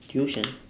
tuition